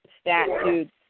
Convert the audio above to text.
statutes